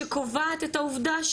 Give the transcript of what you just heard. שקובעת את העובדה,